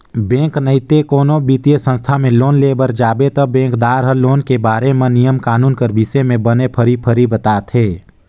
bank नइते कोनो बित्तीय संस्था में लोन लेय बर जाबे ता बेंकदार हर लोन के बारे म नियम कानून कर बिसे में बने फरी फरी बताथे